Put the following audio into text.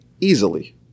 easily